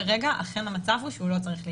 כרגע המצב הוא שהוא לא צריך להיבדק.